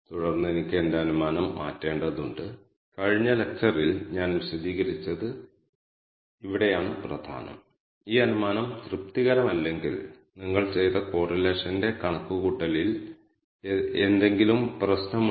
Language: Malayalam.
ഡാറ്റയിൽ നിങ്ങൾ ശ്രദ്ധിച്ചതുപോലെ ട്രിപ്പുകൾ ഷോർട്ട് ട്രിപ്പുകൾ ലോങ്ങ് ട്രിപ്പുകൾ എന്നിങ്ങനെ ലേബൽ ചെയ്തിട്ടില്ല